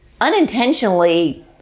unintentionally